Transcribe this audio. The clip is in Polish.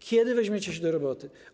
Kiedy weźmiecie się do roboty?